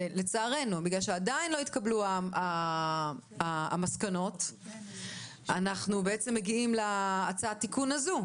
לצערנו בגלל שעדיין לא התקבלו המסקנות אנחנו מגיעים להצעת התיקון הזו,